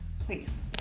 Please